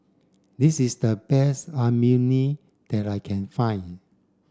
this is the best Imoni that I can find